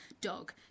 dog